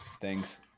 thanks